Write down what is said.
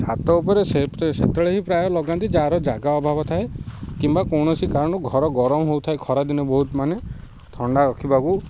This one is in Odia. ଛାତ ଉପରେ ସେ ସେତେବେଳେ ହିଁ ପ୍ରାୟ ଲଗାନ୍ତି ଯାହାର ଜାଗା ଅଭାବ ଥାଏ କିମ୍ବା କୌଣସି କାରଣ ଘର ଗରମ ହେଉଥାଏ ଖରାଦିନେ ବହୁତ ମାନେ ଥଣ୍ଡା ରଖିବାକୁ